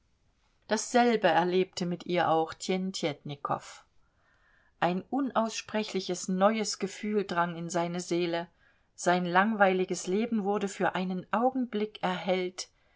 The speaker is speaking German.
dasselbe erlebte mit ihr auch tjentjetnikow ein unaussprechliches neues gefühl drang in seine seele sein langweiliges leben wurde für einen augenblick erhellt